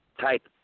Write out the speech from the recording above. Type